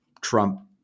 Trump